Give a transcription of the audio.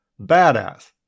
Badass